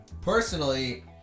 personally